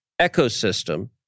ecosystem